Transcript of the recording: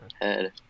head